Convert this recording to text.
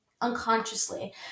unconsciously